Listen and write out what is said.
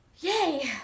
Yay